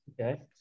Okay